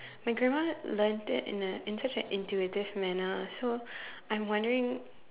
my grandma learnt it in a in just a intuitive manner so I'm wondering